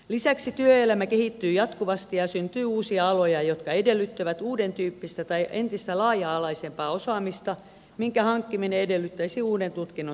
lisäksi työelämä kehittyy jatkuvasti ja syntyy uusia aloja jotka edellyttävät uudentyyppistä tai entistä laaja alaisempaa osaamista minkä hankkiminen edellyttäisi uuden tutkinnon suorittamista